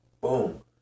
Boom